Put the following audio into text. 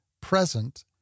present